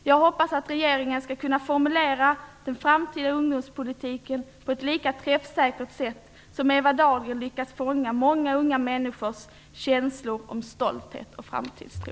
Jag hoppas regeringen skall kunna formulera den framtida ungdomspolitiken på ett lika träffsäkert sätt som Eva Dahlgren lyckas fånga många unga människors känslor om stolthet och framtidstro.